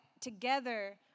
together